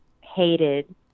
hated